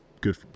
good